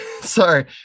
sorry